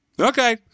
okay